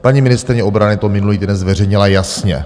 Paní ministryně obrany to minulý týden zveřejnila jasně.